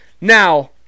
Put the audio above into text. Now